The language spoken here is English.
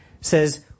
says